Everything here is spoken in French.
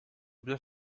bien